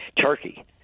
turkey